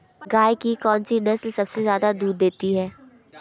गाय की कौनसी नस्ल सबसे ज्यादा दूध देती है?